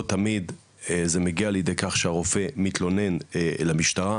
לא תמיד זה מגיע לידי כך שהרופא מתלונן למשטרה,